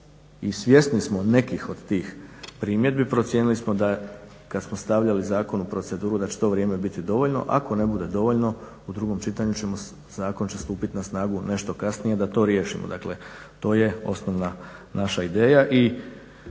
i svjesni smo nekih od tih primjedbi. Procijenili smo da, kad smo stavljali zakon u proceduru da će to vrijeme biti dovoljno. Ako ne bude dovoljno u drugom čitanju ćemo, zakon će stupiti na snagu nešto kasnije da to riješimo. Dakle, to je osnovna naša ideja.